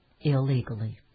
illegally